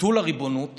ביטול הריבונות